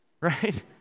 right